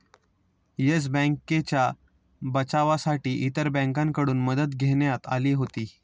yes बँकेच्या बचावासाठी इतर बँकांकडून मदत घेण्यात आली होती